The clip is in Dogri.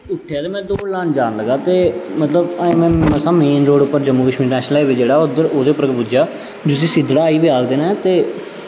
उट्ठेआ ते में दौड़ लान जान लगा ते मतलब अजें में मसां मेन रोड़ उप्पर जम्मू कश्मीर नैशनल हाईवे पर जेह्ड़ा ऐ उद्धर ओह्दे उप्पर पुज्जेआ जिसी सिद्दड़ा हाईवे आखदे न ते